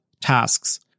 tasks